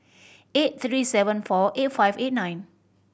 eight three seven four eight five eight nine